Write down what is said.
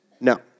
no